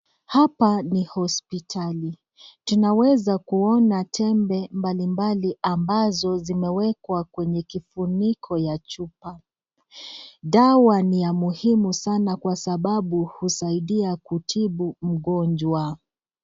Hapa ni hospitali. Tunaweza kuona tembe mbalimbali ambazo zimewekwa kwenye kifuniko ya chupa. Dawa ni ya muhimu sana kwa sababu usaidia kutibu magonjwa.